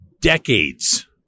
decades